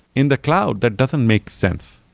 in the cloud, that doesn't make sense.